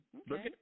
okay